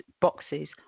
boxes